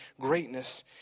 greatness